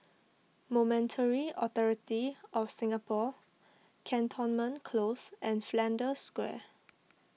Monetary Authority of Singapore Cantonment Close and Flanders Square